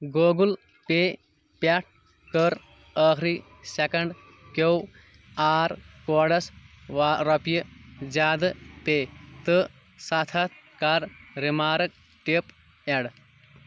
Google pay پٮ۪ٹھ کَر ٲخٕری سیٚکنڈ کٮ۪و آر کوڈَس رۄپیہِ زیادٕ پے تہٕ سَتھ ہَتھ کَر ریمارٕک ٹِپ اٮ۪ڈ